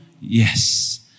Yes